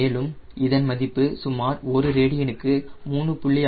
மேலும் இதன் மதிப்பு சுமார் ஒரு ரேடியனுக்கு 3